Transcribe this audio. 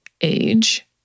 age